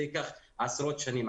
זה ייקח עשרות שנים,